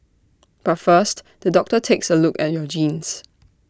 but first the doctor takes A look at your genes